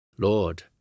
Lord